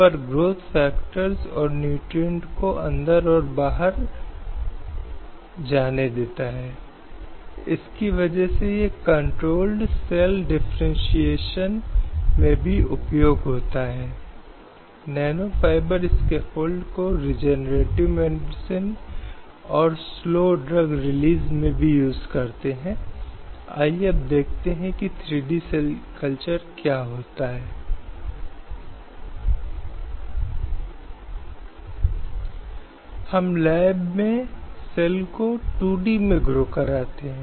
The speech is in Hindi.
इसलिए यह संविधान की मूल शुरुआत है जिसके तहत यह कुछ लक्ष्यों को महसूस करने की कोशिश करता है और यह सभी पुरुषों और महिलाओं को इस प्रक्रिया में भागीदार बनाता है जिनके लिए इस तरह के न्याय स्वतंत्रता समानता सुनिश्चित की जानी है और इस संबंध में राज्य की जिम्मेदारी है